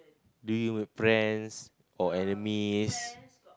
do you have friends or enemies